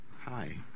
Hi